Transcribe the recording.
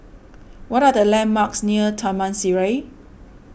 what are the landmarks near Taman Sireh